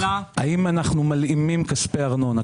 האם אנחנו מלאימים כספי ארנונה.